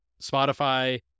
Spotify